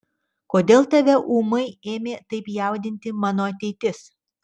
kodėl tave ūmai ėmė taip jaudinti mano ateitis